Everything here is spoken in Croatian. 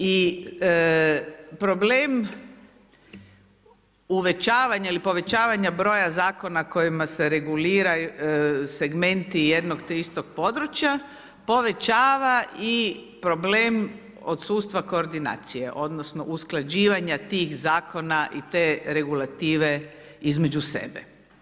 I problem uvećavanja ili povećavanja broja zakona kojima se regulira segment jednog te istog područja, povećava i problem odsustva koordinacije odnosno usklađivanja tih zakona i te regulative između sebe.